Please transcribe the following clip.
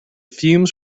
fumes